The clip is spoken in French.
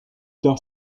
tard